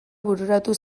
bururatu